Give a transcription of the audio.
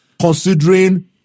Considering